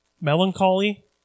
melancholy